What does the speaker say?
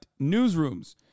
newsrooms